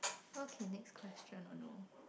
okay next question or no